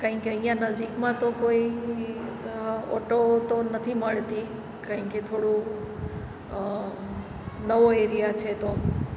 કાંઈ કે અહીંયાં નજીકમાં તો કોઈ ઓટો તો નથી મળતી કાંઈ કે થોડું નવો એરિયા છે તો